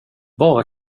bara